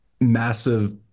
massive